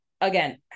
again